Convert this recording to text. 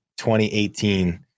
2018